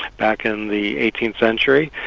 back in the eighteenth century,